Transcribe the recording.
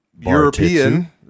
European